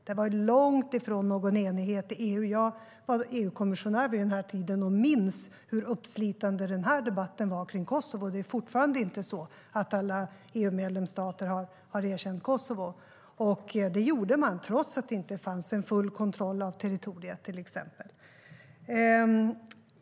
Det var långt ifrån någon enighet i EU. Jag var EU-kommissionär vid den tiden och minns hur uppslitande debatten var kring Kosovo, och fortfarande har inte alla EU-medlemsstater erkänt Kosovo. Men Kosovo erkändes som stat trots att man inte hade full kontroll av territoriet, till exempel.